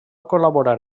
col·laborar